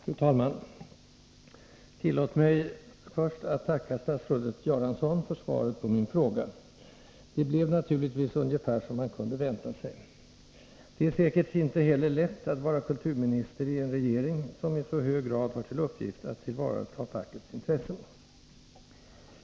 Fru talman! Tillåt mig först att tacka statsrådet Göransson för svaret på min fråga. Det blev naturligtvis ungefär som man kunde vänta sig. Det är säkert inte heller lätt att vara kulturminister i en regering som i så hög grad har till uppgift att tillvarata fackets intressen.